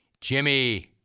Jimmy